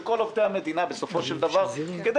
של כל עובדי המדינה בסופו של דבר כדי